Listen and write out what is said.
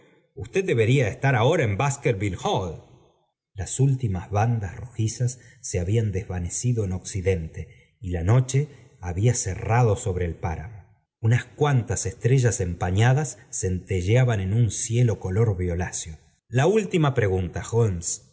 usted debería estar ahora en baskerville hall las últimas bandas rojizas se habían desvanecido en occidente y la noche había cerrado sobre paramo unas cuantas estrella empañadas centelleaban en un cielo color violado la última pregunta holmes